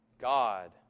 God